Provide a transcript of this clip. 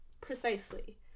precisely